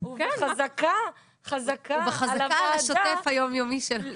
ובחזקה על הוועדה -- ובחזקה על השוטף היומיומי שלו.